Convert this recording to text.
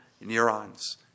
neurons